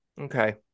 Okay